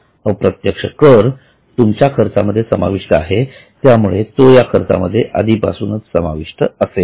अप्रत्यक्ष कर तुमच्या खर्चामध्ये समाविष्ट आहे त्यामुळे तो या खर्चामध्ये आधीपासूनच समाविष्ट असेल